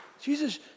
Jesus